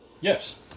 Yes